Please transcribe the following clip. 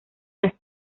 las